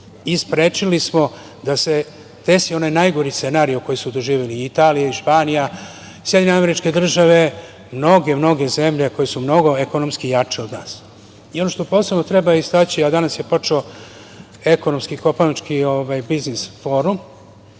i sprečili smo da se desi onaj najgori scenario koji su doživeli Italija, Španija, SAD, mnoge zemlje koje su mnogo ekonomski jače od nas. Ono što posebno treba istaći, a danas je počeo ekonomski „Kopaonik biznis forum“